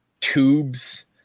tubes